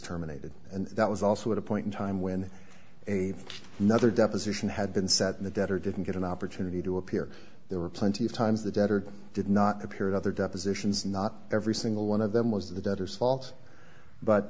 terminated and that was also at a point in time when a nother deposition had been set and the debtor didn't get an opportunity to appear there were plenty of times the debtor did not appear in other depositions not every single one of them was the debtors fault but